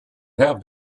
have